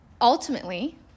ultimately